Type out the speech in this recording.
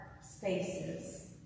spaces